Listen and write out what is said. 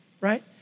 right